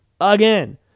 again